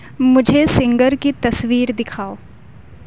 مجھے سنگر کی تصویر دکھاؤ